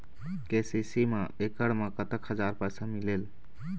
KCC मा एकड़ मा कतक हजार पैसा मिलेल?